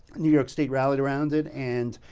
new york state rallied around it and,